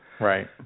Right